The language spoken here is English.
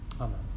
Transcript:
Amen